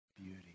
beauty